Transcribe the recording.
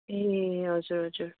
ए हजुर हजुर